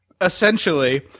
essentially